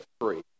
free